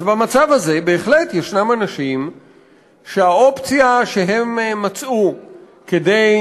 אז במצב הזה בהחלט יש אנשים שהאופציה שהם מצאו כדי